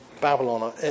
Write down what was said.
Babylon